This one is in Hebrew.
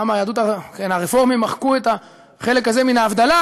אומנם הרפורמים מחקו את החלק הזה מן ההבדלה,